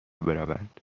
بروند